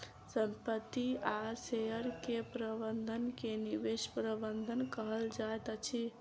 संपत्ति आ शेयर के प्रबंधन के निवेश प्रबंधन कहल जाइत अछि